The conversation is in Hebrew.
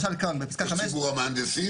לא, למשל כאן בפסקה 5. זה ציבור המהנדסים?